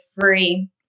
free